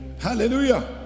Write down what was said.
Hallelujah